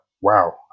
Wow